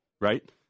right